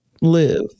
live